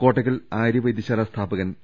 കോട്ടക്കൽ ആര്യവൈദ്യ ശാലാ സ്ഥാപകൻ പി